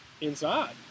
Inside